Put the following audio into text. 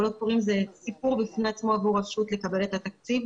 קולות קוראים זה סיפור בפני עצמו עבור רשות לקבל את התקציב.